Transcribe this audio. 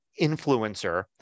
influencer